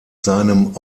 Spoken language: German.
seinem